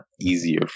easier